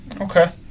Okay